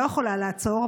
לא יכולה לעצור,